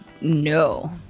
No